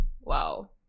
wow